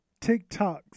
TikToks